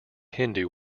hindu